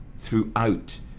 Throughout